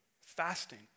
fasting